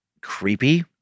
creepy